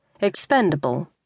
Expendable